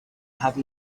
have